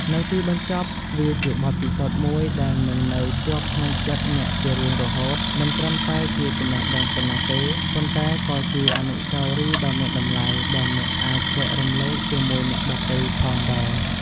នៅទីបញ្ចប់ វាជាបទពិសោធន៍មួយដែលនឹងនៅជាប់ក្នុងចិត្តអ្នកជារៀងរហូត មិនត្រឹមតែជាចំណេះដឹងប៉ុណ្ណោះទេ ប៉ុន្តែក៏ជាអនុស្សាវរីយ៍ដ៏មានតម្លៃដែលអ្នកអាចចែករំលែកជាមួយអ្នកដទៃផងដែរ។